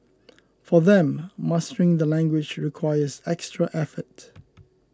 for them mastering the language requires extra effort